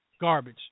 garbage